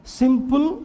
simple